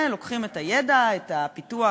הם לוקחים את הידע, את הפיתוח,